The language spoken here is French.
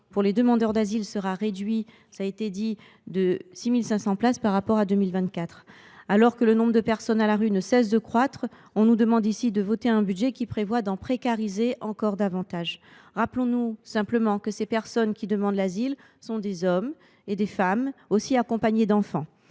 pour les demandeurs d’asile sera réduit de 6 500 par rapport à 2024. Alors que le nombre de personnes à la rue ne cesse de croître, on nous demande ici de voter un budget qui prévoit de précariser encore davantage de personnes. Rappelons nous simplement que ces personnes qui demandent l’asile sont des hommes et des femmes, parfois accompagnés d’enfants.